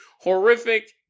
Horrific